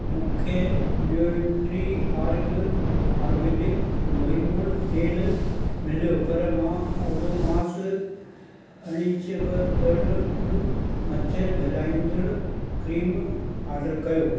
मूंखे nutri org organic बोहीमुङ तेल मिलियो पर मां ओडोमास अणिचिंबड़ंदड़ु मच्छर भॼाईंदड़ क्रीम ऑडर कयो